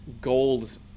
gold